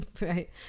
Right